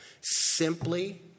Simply